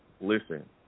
Listen